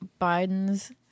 Biden's